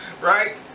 Right